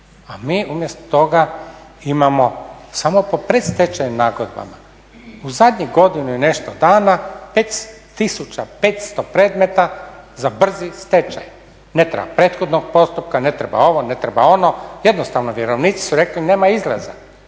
a mi umjesto toga imamo samo oko predstečajnih nagodbama u zadnjih godinu i nešto dana 5 tisuća 500 predmeta za brzi stečaj, ne treba prethodnog postupka, ne treba ovo, ne treba ono, jednostavno vjerovnici su rekli nema izlaza.